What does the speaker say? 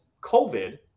COVID